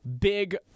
big